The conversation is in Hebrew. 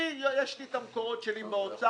יש לי את המקורות שלי באוצר.